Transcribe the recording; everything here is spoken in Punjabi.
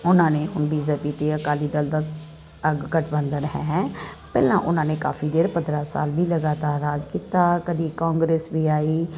ਉਨ੍ਹਾਂ ਨੇ ਹੁਣ ਬੀਜ਼ੇਪੀ ਅਤੇ ਅਕਾਲੀ ਦਲ ਦਾ ਗਠਬੰਧਨ ਹੈ ਪਹਿਲਾਂ ਉਨ੍ਹਾਂ ਨੇ ਕਾਫ਼ੀ ਦੇਰ ਪੰਦਰ੍ਹਾਂ ਸਾਲ ਵੀ ਲਗਾਤਾਰ ਰਾਜ ਕੀਤਾ ਕਦੇ ਕੋਂਗਰਸ ਵੀ ਆਈ